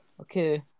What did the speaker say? okay